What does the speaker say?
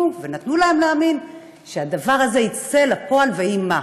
ונתנו להם להאמין שהדבר הזה יצא לפועל ויהי מה.